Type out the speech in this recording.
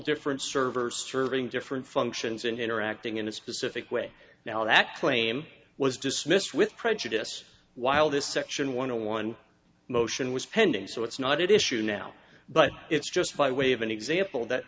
different servers serving different functions and interacting in a specific way now that claim was dismissed with prejudice while this section one hundred one motion was pending so it's not it issue now but it's just by way of an example that